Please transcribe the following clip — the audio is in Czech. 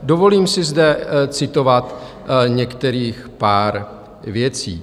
Dovolím si zde citovat některých pár věcí.